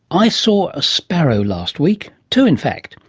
i saw a sparrow last week. two, in fact.